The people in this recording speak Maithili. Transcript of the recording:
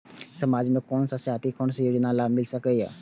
समाज में कोन सा जाति के कोन योजना के लाभ मिल सके छै?